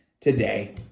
today